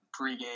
pregame